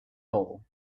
hole